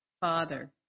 Father